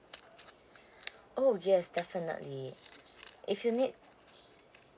oh yes definitely if you need